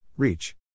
Reach